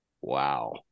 Wow